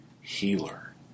Healer